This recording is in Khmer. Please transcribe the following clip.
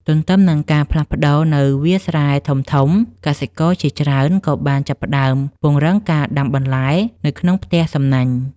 ទន្ទឹមនឹងការផ្លាស់ប្តូរនៅវាលស្រែធំៗ កសិករជាច្រើនក៏បានចាប់ផ្តើមពង្រឹងការដាំបន្លែនៅក្នុងផ្ទះសំណាញ់។